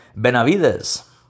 Benavides